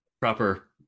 proper